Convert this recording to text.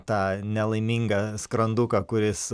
tą nelaimingą skranduką kuris